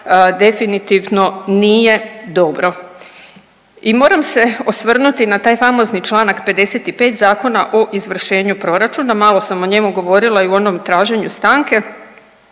definitivno nije dobro. I moram se osvrnuti na taj famozni čl. 55. Zakona o izvršenju proračuna, malo sam o njemu govorila i u onom traženju stanke